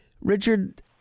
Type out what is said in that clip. Richard